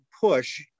push